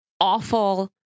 awful